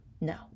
No